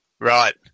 Right